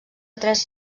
tres